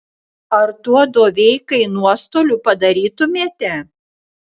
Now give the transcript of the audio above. ar tuo doveikai nuostolių padarytumėte